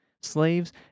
Slaves